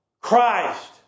Christ